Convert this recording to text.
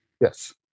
Yes